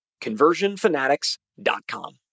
conversionfanatics.com